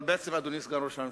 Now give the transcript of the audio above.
אבל בעצם, אדוני סגן ראש הממשלה,